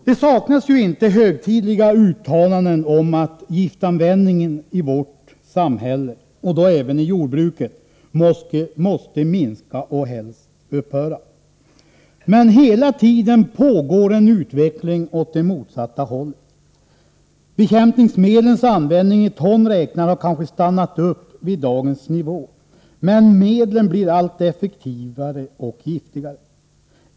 Det saknas inte högtidliga uttalanden om att giftanvändningen i vårt samhälle, och då även i jordbruket, måste minska och helst upphöra. Men hela tiden pågår en utveckling åt det motsatta hållet. Bekämpningsmedlens användning i ton räknat har kanske stannat upp vid dagens nivå, men medlen blir allt effektivare och giftigare.